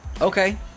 okay